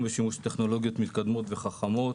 בשימוש בטכנולוגיות מתקדמות וחכמות.